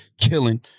killing